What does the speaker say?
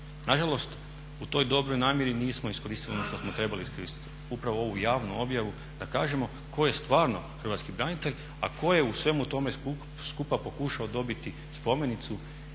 Nažalost u toj dobroj namjeri nismo iskoristili ono što smo trebali iskoristiti, upravo ovu javnu objavu da kažemo tko je stvarno hrvatski branitelj, a tko je u svemu tome skupa pokušao dobiti spomenicu